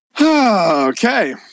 okay